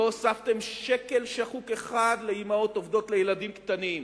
לא הוספתם שקל שחוק אחד לאמהות עובדות עם ילדים קטנים.